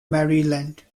maryland